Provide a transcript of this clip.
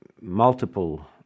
multiple